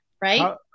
right